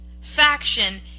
faction